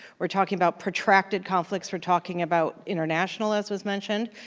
we're talking about protracted conflicts. we're talking about international, as was mentioned,